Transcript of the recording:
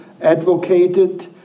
advocated